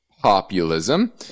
populism